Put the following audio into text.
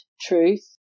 truth